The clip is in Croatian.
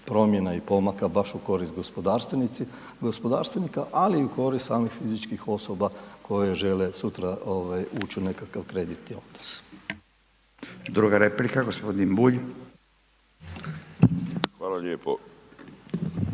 promjena i pomaka i baš u korist gospodarstvenika ali i u korist samih fizičkih osoba koje žele sutra ući u nekakav kreditni odnos. **Radin, Furio (Nezavisni)**